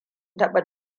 taɓa